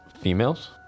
females